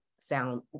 sound